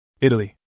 Italy